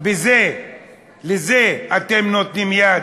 לזה אתם נותנים יד.